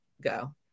go